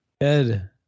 Ed